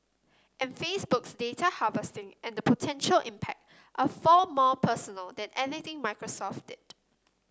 and Facebook's data harvesting and potential impact are far more personal than anything Microsoft did